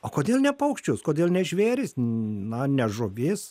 o kodėl ne paukščius kodėl ne žvėris na ne žuvis